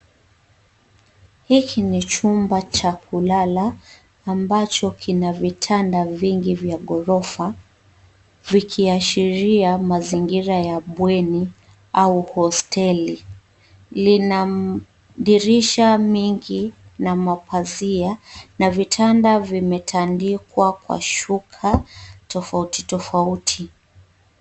Hiki ni chumba cha kulala ambacho vina vitanda vingi vya ghorofa vikiashiria mazingira ya bweni au hosteli. Lina madirisha mingi na mapazia na vitanda vimetandikwa kwa shuka tofauti tofauti.